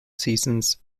seasons